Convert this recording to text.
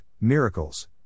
Miracles